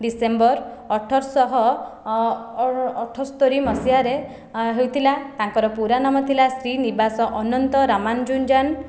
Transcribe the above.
December ଅଠରଶହ ଅଠୋସ୍ତରି ମସିହାରେ ହୋଇଥିଲା ତାଙ୍କର ପୁରା ନାମ ଥିଲା ଶ୍ରୀନିବାସ ଅନନ୍ତ ରାମାନୁଜନ୍